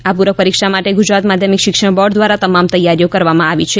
આ પુરક પરીક્ષા માટે ગુજરાત માધ્યમિક શિક્ષણ બોર્ડ દ્વારા તમામ તૈયારીઓ કરવામાં આવી છે